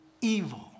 evil